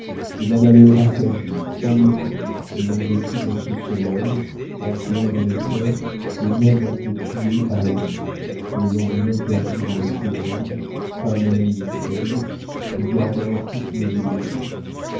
m'en aller rassasiée sans mécompte ayant vécu dans ce soleil en plein dans l'éther et même un peu tuée par l'amour n'ayant rien perdu de ma couronne pas même une feuille et gardant toutes mes illusions